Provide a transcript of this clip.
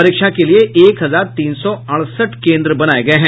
परीक्षा के लिये एक हजार तीन सौ अड़सठ केंद्र बनाये गये हैं